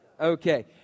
Okay